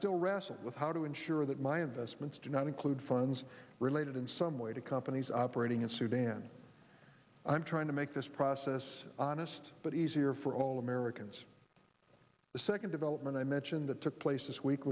still wrestle with how to ensure that my investments do not include funds related in some way to companies operating in sudan i'm trying to make this process honest but easier for all americans the second development i mentioned that took place this week